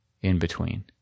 in-between